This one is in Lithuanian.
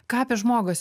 ką apie žmogų